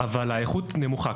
אבל האיכות נמוכה.